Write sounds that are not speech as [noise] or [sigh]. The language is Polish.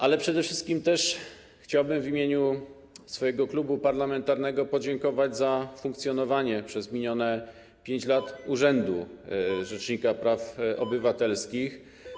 Ale przede wszystkim chciałbym w imieniu swojego klubu parlamentarnego podziękować za funkcjonowanie przez minione 5 lat [noise] urzędu rzecznika praw obywatelskich.